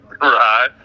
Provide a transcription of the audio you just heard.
Right